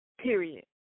Period